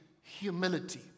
humility